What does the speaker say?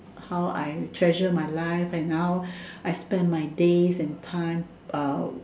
how I treasure my life and how I spend my days and time uh